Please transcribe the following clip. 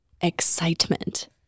Excitement